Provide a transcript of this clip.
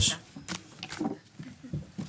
הישיבה ננעלה בשעה 14:57.